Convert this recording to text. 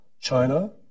China